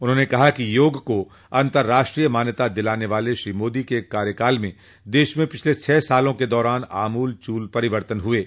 उन्होंने कहा कि योग को अतंर्राष्ट्रीय मान्यता दिलाने वाले श्री मोदी के कार्यकाल में देश में पिछले छह सालों के दौरान आमूल चूल परिवर्तन हुए है